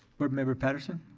board member patterson?